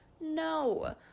No